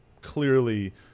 clearly